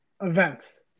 events